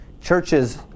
churches